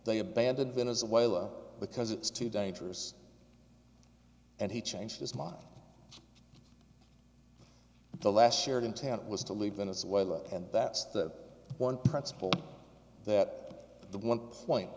they abandon venezuela because it's too dangerous and he changed his mind the last shared intent was to leave venezuela and that's the one principle that the one p